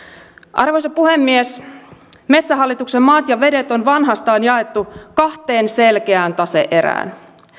arvoisa puhemies metsähallituksen maat ja vedet on vanhastaan jaettu kahteen selkeään tase erään